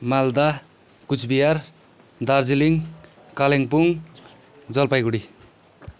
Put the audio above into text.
Malda Cooch Behar Darjeeling Kalimpong Jalpaiguri